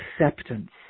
acceptance